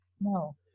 no